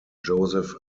joseph